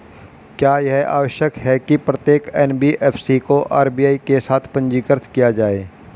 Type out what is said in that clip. क्या यह आवश्यक है कि प्रत्येक एन.बी.एफ.सी को आर.बी.आई के साथ पंजीकृत किया जाए?